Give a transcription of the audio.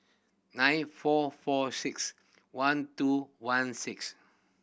nine four four six one two one six